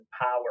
power